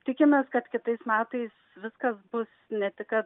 tikimės kad kitais metais viskas bus ne tik kad